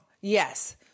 Yes